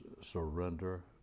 surrender